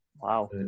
Wow